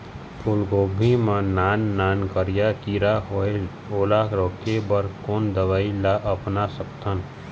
फूलगोभी मा नान नान करिया किरा होयेल ओला रोके बर कोन दवई ला अपना सकथन?